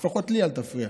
לפחות לי אל תפריע.